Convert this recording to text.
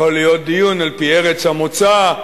יכול להיות מיון על-פי ארץ המוצא,